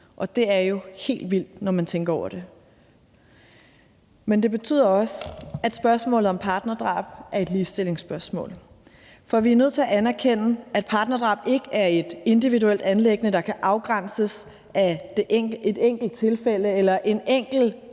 og det er jo helt vildt, når man tænker over det. Men det betyder også, at spørgsmålet om partnerdrab er et ligestillingsspørgsmål. For vi er nødt til at anerkende, at partnerdrab ikke er et individuelt anliggende, der kan afgrænses af et enkelt tilfælde eller en enkelt gal